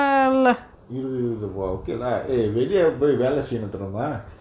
இது இதுவா:ithu ithuvaa okay lah eh வெளிய போய் வேல செய்யணும் தெரியுமா:veliya poyi vela seiyanum theriyumaa